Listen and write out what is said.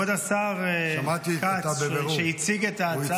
כבוד השר כץ, שהציג את ההצעה.